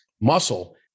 muscle